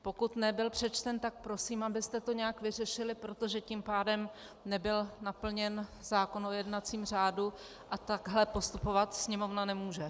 Pokud nebyl přečten, tak prosím, abyste to nějak vyřešili, protože tím pádem nebyl naplněn zákon o jednacím řádu a takhle postupovat Sněmovna nemůže.